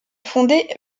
fondé